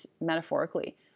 metaphorically